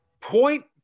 Point